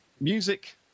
Music